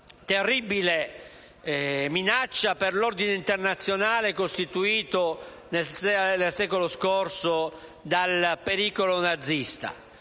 terribile minaccia per l'ordine internazionale costituita, nel secolo scorso, dal pericolo nazista.